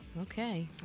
Okay